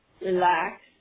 Relax